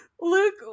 Luke